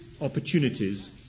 opportunities